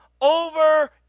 over